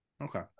Okay